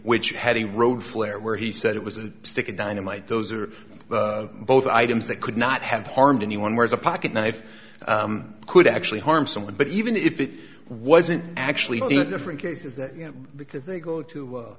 which had a road flare where he said it was a stick of dynamite those are both items that could not have harmed anyone whereas a pocket knife could actually harm someone but even if it wasn't actually the different cases that you know because they go to